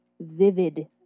vivid